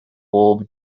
pob